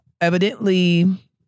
Evidently